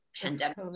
pandemic